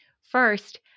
First